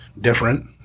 different